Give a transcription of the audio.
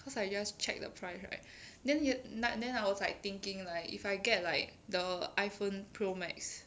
cause I just checked the price right then 你的 like then I was like thinking like if I get like the iphone pro max